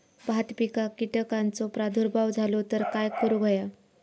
भात पिकांक कीटकांचो प्रादुर्भाव झालो तर काय करूक होया?